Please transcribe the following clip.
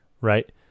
right